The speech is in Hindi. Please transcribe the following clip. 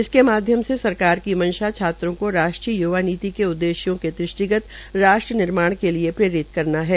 इसक माध्यम से सरकार की मंशा छात्रों को राष्ट्रीय य्वा नीति के उद्देश्यों के दृष्टिगत राष्ट्र निर्माण के लिए प्रेरित करना है